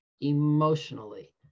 emotionally